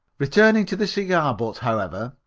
returning to the cigar butt, however,